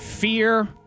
Fear